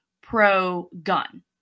pro-gun